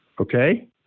Okay